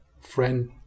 friend